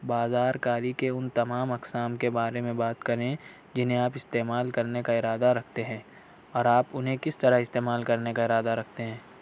بازارکاری کے ان تمام اقسام کے بارے میں بات کریں جنہیں آپ استمعال کرنے کا ارادہ رکھتے ہیں اور آپ انہیں کس طرح استمعال کرنے کا ارادہ رکھتے ہیں